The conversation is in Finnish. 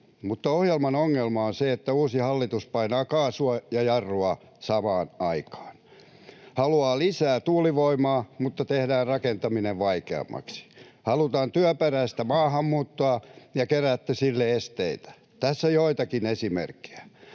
Mutta ohjelman ongelma on se, että uusi hallitus painaa kaasua ja jarrua samaan aikaan: Halutaan lisää tuulivoimaa, mutta tehdään rakentaminen vaikeammaksi. Halutaan työperäistä maahanmuuttoa, ja keräätte sille esteitä. Tässä joitakin esimerkkejä.